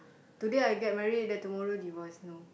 today I get married then tomorrow divorce no